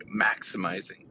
maximizing